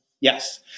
Yes